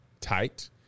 tight